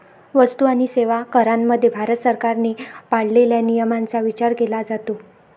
वस्तू आणि सेवा करामध्ये भारत सरकारने पाळलेल्या नियमांचा विचार केला जातो